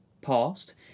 Past